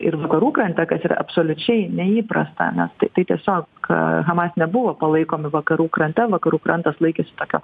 ir vakarų krante kas yra absoliučiai neįprasta nes tai tai tiesiog hamas nebuvo palaikomi vakarų krante vakarų krantas laikėsi tokio